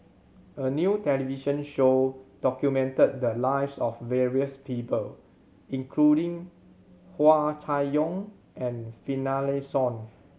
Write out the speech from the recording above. a new television show documented the lives of various people including Hua Chai Yong and Finlayson